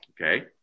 okay